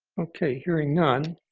ok, hearing none,